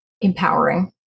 empowering